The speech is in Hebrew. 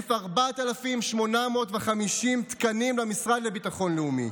להוסיף 4,850 תקנים למשרד לביטחון לאומי.